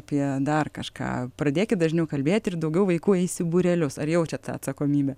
apie dar kažką pradėkit dažniau kalbėti ir daugiau vaikų eis į būrelius ar jaučiat tą atsakomybę